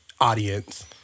audience